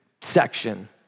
section